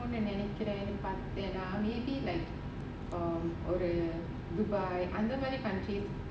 and then maybe like the dubai under many countries